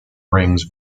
rings